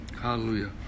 Hallelujah